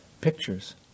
pictures